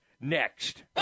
next